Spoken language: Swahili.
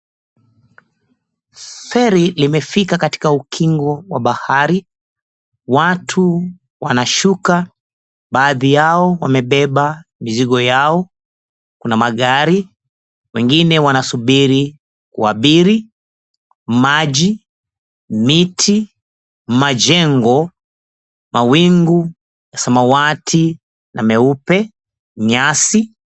Feri limefika katika ukingo wa bahari, watu wanashuka baadhi yao wamebeba mizigo yao, kuna magari, wengine wanasubiri kuabiri, maji, miti, majengo, mawingu ya samawati na meupe, nyasi.